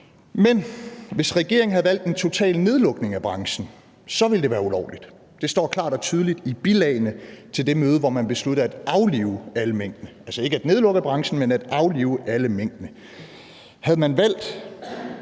Men hvis regeringen havde valgt en total nedlukning af branchen, ville det have været ulovligt. Det står klart og tydeligt i bilagene til det møde, hvor man besluttede at aflive alle minkene – altså ikke at nedlukke branchen, men at aflive alle minkene. Regeringen valgte